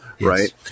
right